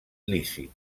lícit